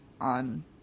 on